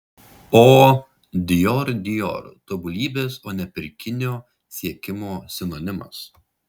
o dior dior tobulybės o ne pirkinio siekimo sinonimas